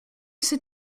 sit